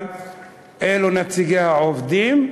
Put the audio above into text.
אבל אלה נציגי העובדים,